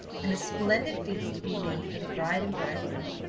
and a splendid feast to be made for the bride and bridegroom.